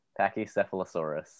Pachycephalosaurus